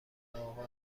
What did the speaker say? اقا